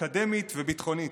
אקדמית וביטחונית.